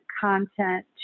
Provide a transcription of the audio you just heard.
content